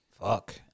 Fuck